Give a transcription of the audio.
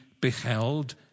beheld